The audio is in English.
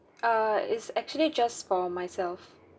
err it's actually just for myself